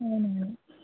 అవును అమ్మా